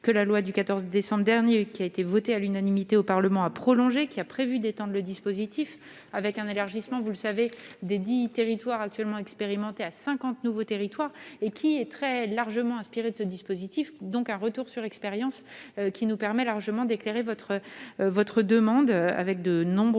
que la loi du 14 décembre dernier qui a été votée à l'unanimité au Parlement. Prolongée qui a prévu d'éteindre le dispositif avec un élargissement, vous le savez des 10 territoires actuellement expérimenté à 50 nouveaux territoires et qui est très largement inspiré de ce dispositif, donc un retour sur expérience qui nous permet largement d'éclairer votre. Votre demande avec de nombreux